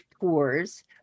tours